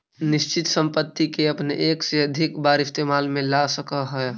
निश्चित संपत्ति के अपने एक से अधिक बार इस्तेमाल में ला सकऽ हऽ